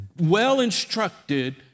well-instructed